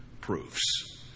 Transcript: proofs